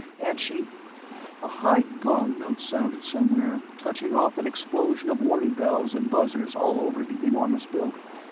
and she a high gong note sounded somewhere, touching off an explosion of warning bells and buzzers all over the enormous building.